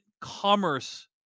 commerce